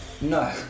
No